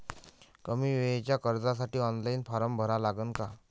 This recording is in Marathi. कमी वेळेच्या कर्जासाठी ऑनलाईन फारम भरा लागते का?